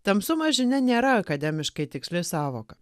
tamsumas žinia nėra akademiškai tiksliai sąvoka